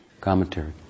commentary